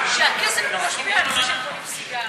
שהכסף לא משפיע על זה שהם קונים סיגריות.